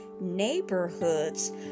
neighborhoods